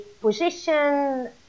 position